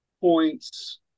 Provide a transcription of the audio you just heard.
points